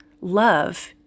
love